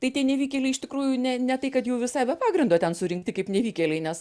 tai tie nevykėliai iš tikrųjų ne ne tai kad jau visai be pagrindo ten surinkti kaip nevykėliai nes